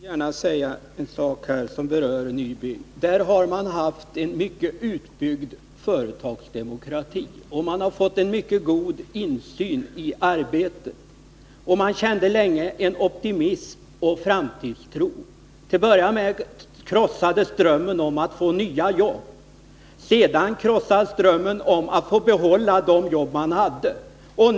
Herr talman! Jag vill gärna säga något om Nyby Uddeholm. Där har man haft en väl utbyggd företagsdemokrati, och de anställda har fått en mycket godinsyn i arbetet. De kände länge en optimism, och de hade en framtidstro. Till att börja med krossades drömmen om att få nya jobb. Sedan krossades drömmen om att få behålla de jobb man hade.